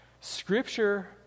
Scripture